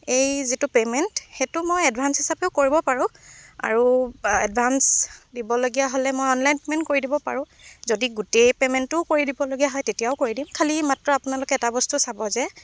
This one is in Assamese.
এই যিটো পেমেন্ট সেইটো মই এডভাঞ্চ হিচাপেও কৰিব পাৰোঁ আৰু এডভাঞ্চ দিবলগীয়া হ'লে মই অনলাইন পেমেন্ট কৰি দিব পাৰোঁ যদি গোটেই পেমেন্টটোও কৰি দিবলগীয়া হয় তেতিয়াও কৰি দিম খালী মাত্ৰ আপোনালোকে এটা বস্তু চাব যে